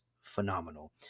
phenomenal